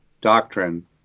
doctrine